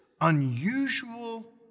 unusual